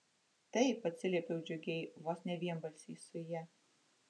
taip atsiliepiau džiugiai vos ne vienbalsiai su ja